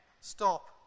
stop